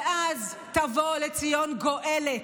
ואז תבוא לציון גואלת,